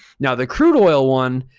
now, the crude oil one,